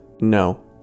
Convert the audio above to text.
No